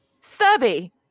Stubby